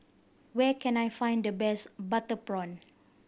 where can I find the best butter prawn